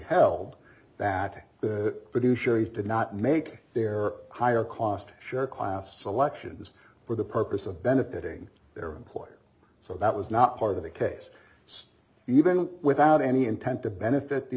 held that the produce surely did not make their higher cost share class selections for the purpose of benefiting their employer so that was not part of the case still even without any intent to benefit the